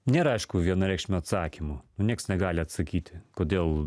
nėra aišku vienareikšmio atsakymo nieks negali sakyti kodėl